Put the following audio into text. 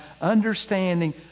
understanding